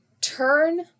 turn